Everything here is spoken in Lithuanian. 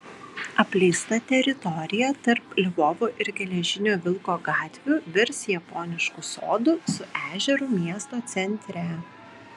apleista teritorija tarp lvovo ir geležinio vilko gatvių virs japonišku sodu su ežeru miesto centre